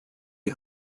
you